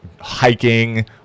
hiking